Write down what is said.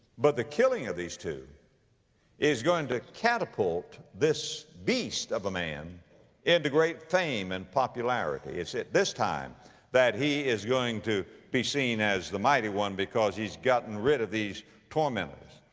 but the killing of these two is going to catapult this beast of a man into great fame and popularity. it's at this time that he is going to be seen as the mighty one because he's gotten rid of these tormentors.